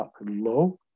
low